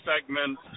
segment